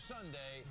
Sunday